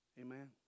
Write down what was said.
Amen